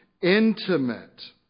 intimate